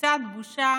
קצת בושה